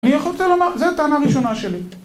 אני רוצה לומר, זו הטענה הראשונה שלי.